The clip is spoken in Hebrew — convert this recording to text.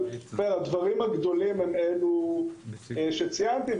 אבל הדברים הגדולים הם אלה שציינתי.